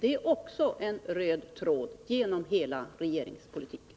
Detta går som en röd tråd igenom hela regeringspolitiken.